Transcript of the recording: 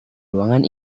ruangan